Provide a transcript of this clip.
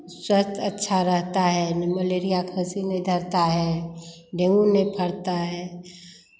स्वास्थ्य अच्छा रहता है नि मलेरिया का इसी ने धरता है डेंगू नहीं फरता है